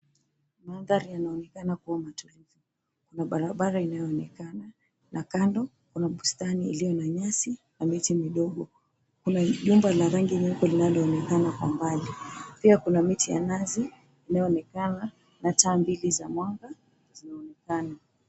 Maadhàri yanaonekana kuwa tulivu kuna barabara inayoenekana na kando kuna bustani iliyo na nyasi na miti midogo kuna nyumba ina rangi nyeupe inayoenekana kwa mbali pia kuna miti ya minazi inayoenekana na taa mbili za mwanga zinazoonekana.